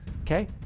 okay